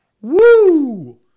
woo